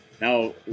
Now